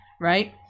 right